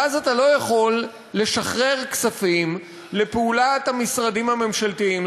ואז אתה לא יכול לשחרר כספים לפעולת המשרדים הממשלתיים,